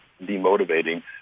demotivating